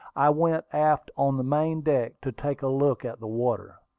i went aft on the main deck to take a look at the water.